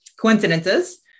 coincidences